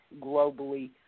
globally